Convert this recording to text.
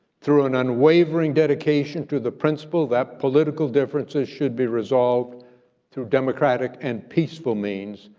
through an unwavering dedication to the principle that political differences should be resolved through democratic and peaceful means,